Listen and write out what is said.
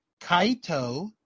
Kaito